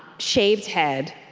shaved head,